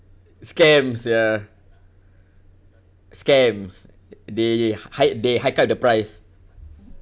scams ya scams they hike they hike up the price